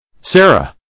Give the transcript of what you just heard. Sarah